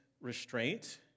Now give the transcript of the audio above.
restraint